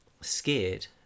scared